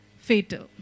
fatal